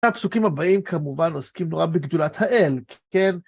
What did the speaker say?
הפסוקים הבאים כמובן עוסקים נורא בגדולת האל, כן?